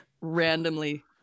randomly